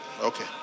okay